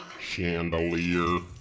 Chandelier